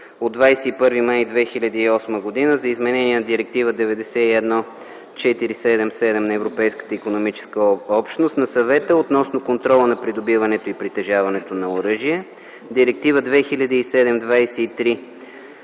от 21 май 2008 г. за изменение на Директива 91/477 на Европейската икономическа общност на Съвета относно контрола над придобиването и притежаването на оръжие; Директива 2007/23